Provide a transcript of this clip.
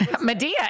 Medea